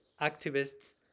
activists